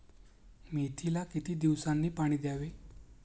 मेथीला किती दिवसांनी पाणी द्यावे?